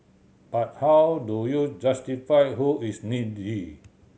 but how do you justify who is needy